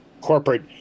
corporate